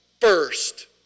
first